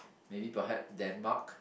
maybe perhaps Denmark